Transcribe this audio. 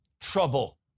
trouble